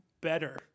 better